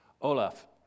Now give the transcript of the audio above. Olaf